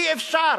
אי-אפשר.